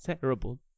terrible